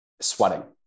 sweating